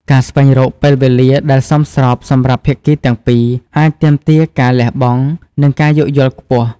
ការស្វែងរកពេលវេលាដែលសមស្របសម្រាប់ភាគីទាំងពីរ អាចទាមទារការលះបង់ និងការយោគយល់ខ្ពស់។